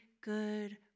good